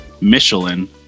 michelin